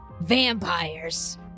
vampires